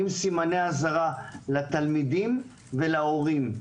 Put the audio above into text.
עם סימני אזהרה לתלמידים ולהורים.